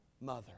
mother